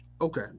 Okay